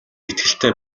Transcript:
итгэлтэй